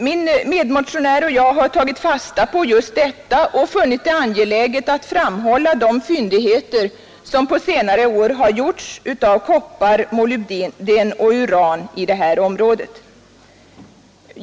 Min medmotionär och jag har tagit fasta på just detta och funnit det angeläget att framhålla de fyndigheter som på senare år har gjorts av koppar, molybden och uran i det här området.